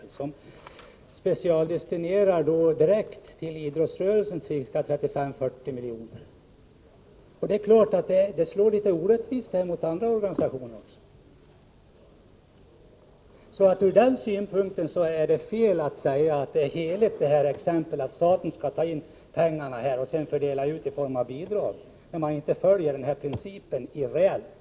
Dessa företag specialdestinerar 35 å 40 milj.kr. till idrottsrörelsen. Det är klart att detta är litet orättvist gentemot andra organisationer. Det är fel att åberopa som en helig princip att staten skall ta in dessa pengar och sedan dela ut dem i form av bidrag, när man i realiteten inte följer denna princip.